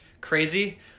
crazy